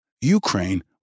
Ukraine